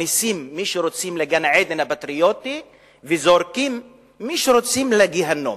מכניסים מי שרוצים לגן-עדן הפטריוטי וזורקים מי שרוצים לגיהינום.